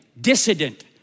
dissident